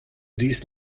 dies